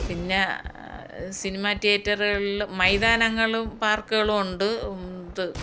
പിന്നെ സിനിമ തീയേറ്ററുകളിൽ മൈതാനങ്ങളും പാർക്കുകളും ഉണ്ട്